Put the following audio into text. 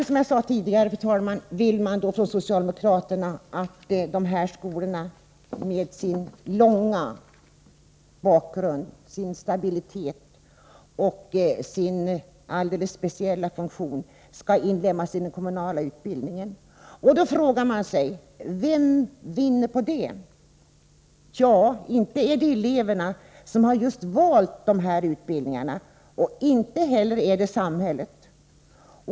Som jag sade tidigare vill socialdemokraterna att dessa skolor med sin bakgrund, sin stabilitet och sin alldeles speciella funktion skall inlemmas i den kommunala utbildningen. Då frågar man sig: Vem vinner på det? Ja, inte är det eleverna, som just har valt de här utbildningarna, och inte heller är det samhället.